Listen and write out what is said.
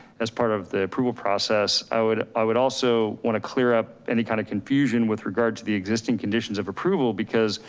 as part of the approval process, i would i would also want to clear up any kind of confusion with regards to the existing conditions of approval, because